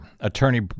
Attorney